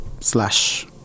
slash